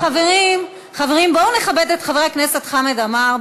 סליחה, חברים, בואו נכבד את חבר הכנסת חמד עמאר.